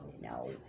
no